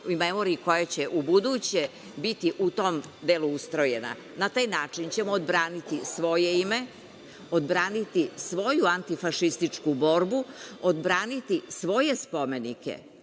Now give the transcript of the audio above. i memoriji koja će ubuduće biti u tom delu ustrojena. Na taj način ćemo odbraniti svoje ime, odbraniti svoju antifašističku borbu, odbraniti svoje spomenike,